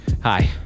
Hi